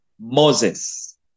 Moses